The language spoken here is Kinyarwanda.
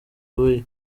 weah